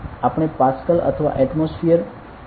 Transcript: આપણે પાસ્કલ અથવા એટમોસ્ફિયર અથવા બાર નો ઉપયોગ કરી શકીએ છીએ